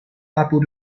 apud